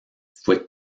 fue